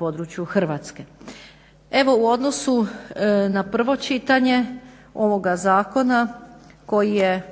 području Hrvatske. Evo u odnosu na prvo čitanje ovoga Zakona koji je